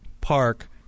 park